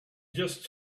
just